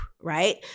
Right